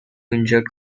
inject